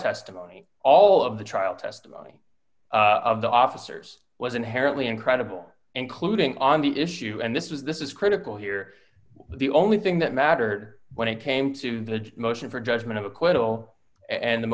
testimony all of the trial testimony of the officers was inherently incredible including on the issue and this is this is critical here the only thing that mattered when it came to the motion for judgment of acquittal and